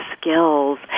skills